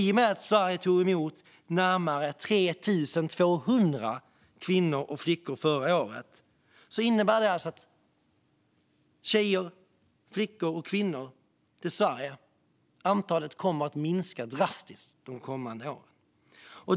I och med att Sverige tog emot närmare 3 200 kvinnor och flickor förra året innebär det alltså att antalet tjejer och kvinnor som får komma till Sverige kommer att minska drastiskt de kommande åren.